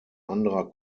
anderer